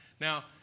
Now